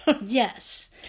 Yes